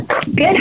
good